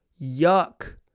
Yuck